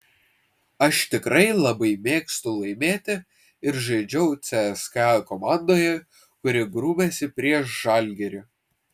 aš tikrai labai mėgstu laimėti ir žaidžiau cska komandoje kuri grūmėsi prieš žalgirį